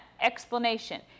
explanation